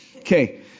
Okay